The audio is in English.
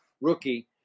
rookie